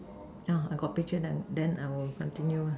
uh I got picture then then I will continue ah